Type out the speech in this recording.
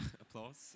applause